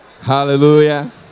hallelujah